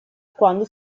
quando